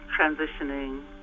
transitioning